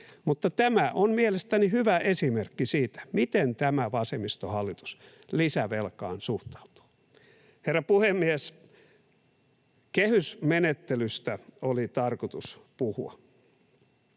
Mutta tämä on mielestäni hyvä esimerkki siitä, miten tämä vasemmistohallitus lisävelkaan suhtautuu. Herra puhemies! Kehysmenettelystä oli tarkoitus puhua.